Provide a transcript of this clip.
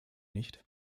nicht